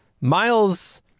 Miles